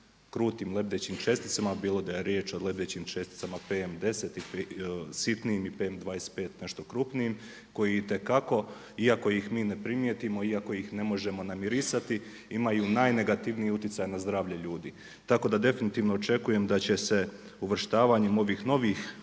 krutim lebdećim česticama, bilo da je riječ o letećim česticama PM 10 sitnim i PM 25 nešto krupnijim koji itekako iako ih mi ne primijetimo, iako ih ne možemo namirisati imaju najnegativniji utjecaj na zdravlje ljudi. Tako da definitivno očekujem da će se uvrštavanjem ovih novih